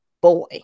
boy